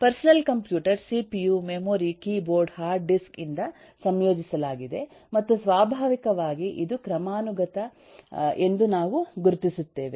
personal computer CPU memory keyboard hard disk ಇಂದ ಸಂಯೋಜಿಸಲಾಗಿದೆ ಮತ್ತು ಸ್ವಾಭಾವಿಕವಾಗಿ ಇದು ಕ್ರಮಾನುಗತ ಎಂದು ನಾವು ಗುರುತಿಸುತ್ತೇವೆ